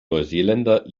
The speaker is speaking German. neuseeländer